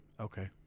Okay